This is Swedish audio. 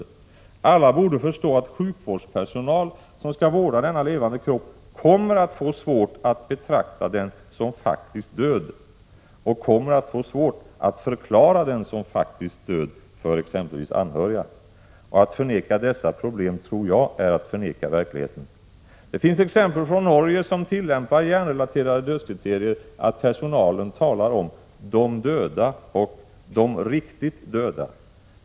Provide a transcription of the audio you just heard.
Alla borde förstå att sjukvårdspersonal som skall vårda denna levande kropp kommer att få svårt att betrakta den som faktiskt död och kommer att få svårt att för exempelvis anhöriga förklara den för faktiskt död. Att förneka dessa problem är, tror jag, att förneka verkligheten. Det finns exempel från Norge, som tillämpar hjärnrelaterade dödskriterier, på att personalen talar om ”de döda” och ”de riktigt döda”.